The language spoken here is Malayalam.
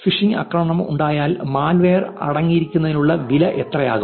ഫിഷിംഗ് ആക്രമണം ഉണ്ടായാൽ മാൽവെയർ അടങ്ങിയിരിക്കുന്നതിനുള്ള വില എത്രയാകും